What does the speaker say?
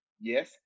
Yes